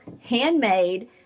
handmade